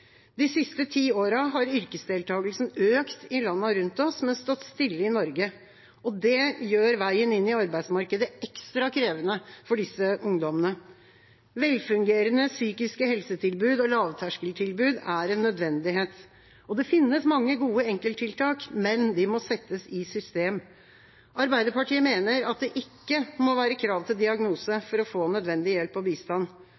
De siste ti årene har yrkesdeltakelsen økt i landene rundt oss, men stått stille i Norge, og det gjør veien inn i arbeidsmarkedet ekstra krevende for disse ungdommene. Velfungerende psykiske helsetilbud og lavterskeltilbud er en nødvendighet. Det finnes mange gode enkelttiltak, men de må settes i system. Arbeiderpartiet mener at det ikke må være krav til diagnose for å få nødvendig hjelp og bistand.